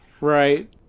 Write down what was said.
right